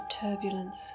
turbulence